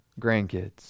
grandkids